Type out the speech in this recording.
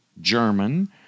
German